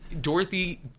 Dorothy